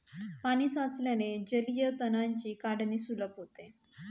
पाणी साचल्याने जलीय तणांची काढणी सुलभ होते